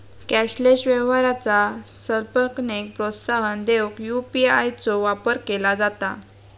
cashless व्यवहाराचा संकल्पनेक प्रोत्साहन देऊक यू.पी.आय चो वापर केला जाता